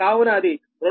కావున అది 2